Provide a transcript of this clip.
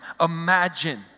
imagine